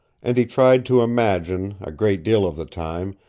and he tried to imagine, a great deal of the time,